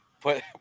put